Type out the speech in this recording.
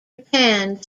japan